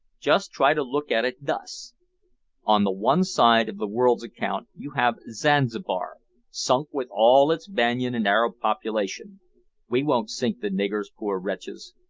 just try to look at it thus on the one side of the world's account you have zanzibar sunk with all its banyan and arab population we won't sink the niggers, poor wretches.